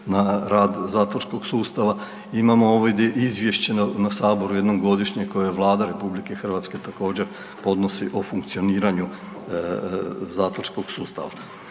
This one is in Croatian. na rad zatvorskog sustava. Imamo ovdje izvješće na saboru jednom godišnje koje Vlada RH također podnosi o funkcioniranju zatvorskog sustava.